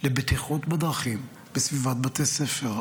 לבטיחות בדרכים בסביבת בתי ספר?